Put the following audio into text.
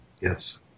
Yes